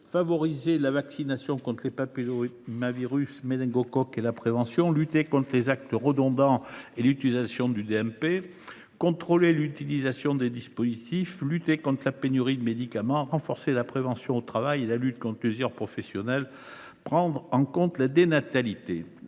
favoriser la vaccination contre les papillomavirus et les méningocoques et la prévention, lutter contre les actes redondants et favoriser l’utilisation du dossier médical partagé (DMP), contrôler l’utilisation des dispositifs, lutter contre la pénurie de médicaments, renforcer la prévention au travail et la lutte contre l’usure professionnelle, enfin, prendre en compte la dénatalité.